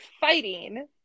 fighting